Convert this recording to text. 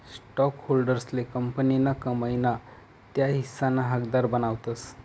स्टॉकहोल्डर्सले कंपनीना कमाई ना त्या हिस्साना हकदार बनावतस